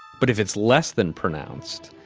but if it's less than pronounced,